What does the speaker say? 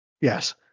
Yes